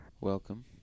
Welcome